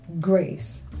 grace